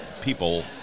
people